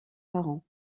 parents